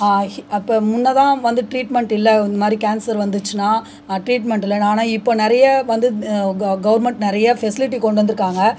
அப்போ முன்ன தான் வந்து ட்ரீட்மெண்ட் இல்லை இந்த மாதிரி கேன்ஸர் வந்துச்சுன்னா ஆ ட்ரீட்மெண்ட் இல்லை ஆனால் இப்போ நிறைய வந்துத் க கவர்மெண்ட் நிறைய ஃபெஸ்லிட்டி கொண்டு வந்துருக்காங்கள்